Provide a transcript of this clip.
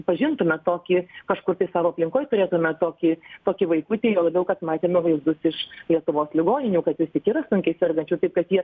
pažintume tokį kažkur tai savo aplinkoj turėtume tokį tokį vaikutį juo labiau kad matėme vaizdus iš lietuvos ligoninių kad vis tik yra sunkiai sergančių taip kad jie